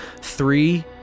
Three